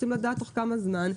רוצים לדעת תוך כמה זמן.